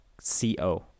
C-O